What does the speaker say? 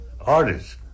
artist